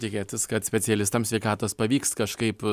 tikėtis kad specialistams sveikatos pavyks kažkaip